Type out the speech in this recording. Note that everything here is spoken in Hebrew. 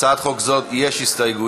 להצעת חוק זו יש הסתייגויות,